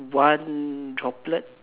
one droplet